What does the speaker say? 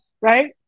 right